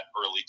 early